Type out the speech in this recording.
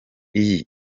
iyi